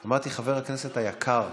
אמרתי: חבר הכנסת היקר.